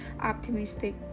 optimistic